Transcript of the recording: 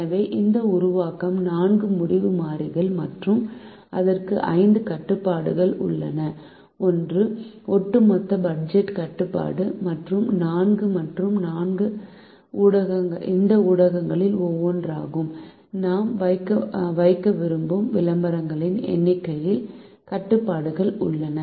எனவே இந்த உருவாக்கம் 4 முடிவு மாறிகள் மற்றும் அதற்கு 5 கட்டுப்பாடுகள் உள்ளன ஒன்று ஒட்டு மொத்த பட்ஜெட் கட்டுப்பாடு மற்றும் மற்ற 4 இந்த ஊடகங்களில் ஒவ்வொன்றிலும் நாம் வைக்க விரும்பும் விளம்பரங்களின் எண்ணிக்கையில் கட்டுப்பாடுகள் உள்ளன